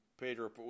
Pedro